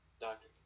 Doctor